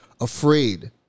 afraid